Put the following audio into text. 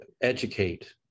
educate